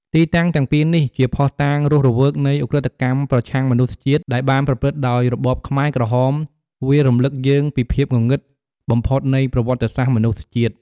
ទីតាំងទាំងពីរនេះជាភស្តុតាងរស់រវើកនៃឧក្រិដ្ឋកម្មប្រឆាំងមនុស្សជាតិ ដែលបានប្រព្រឹត្តដោយរបបខ្មែរក្រហម វារំលឹកយើងពីភាពងងឹតបំផុតនៃប្រវត្តិសាស្ត្រមនុស្សជាតិ។